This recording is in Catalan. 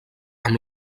amb